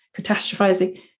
catastrophizing